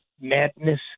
Madness